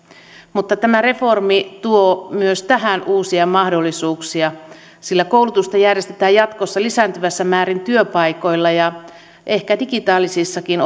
mutta tämä reformi tuo myös tähän uusia mahdollisuuksia sillä koulutusta järjestetään jatkossa lisääntyvässä määrin työpaikoilla ja ehkä digitaalisissakin